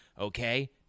Okay